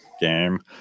game